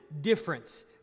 difference